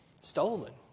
stolen